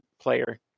player